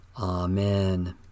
Amen